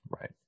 Right